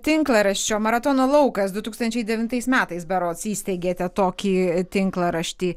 tinklaraščio maratono laukas du tūkstančiai devintais metais berods įsteigėte tokį tinklaraštį